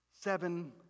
seven